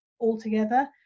altogether